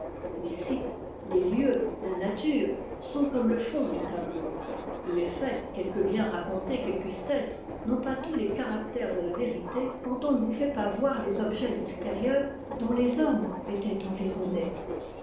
les sites les lieux ta nature sont comme le fond du tableau et les faits quelque bien racontés qu'ils puissent être n'ont pas tous les caractères de la vérité quand on ne vous fait pas voir les objets extérieurs dont les hommes étaient environnés